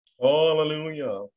hallelujah